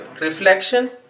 reflection